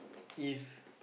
if